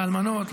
לאלמנות,